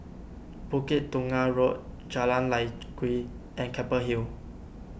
Bukit Tunggal Road Jalan Lye Kwee and Keppel Hill